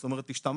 זאת אומרת השתמשת,